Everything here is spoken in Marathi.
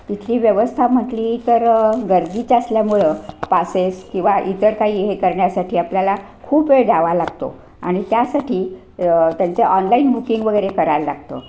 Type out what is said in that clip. तिथली व्यवस्था म्हटली तर गर्दीच असल्यामुळं पासेस किंवा इतर काही हे करण्यासाठी आपल्याला खूप वेळ द्यावा लागतो आणि त्यासाठी त्यांचे ऑनलाईन बुकिंग वगैरे करायला लागतं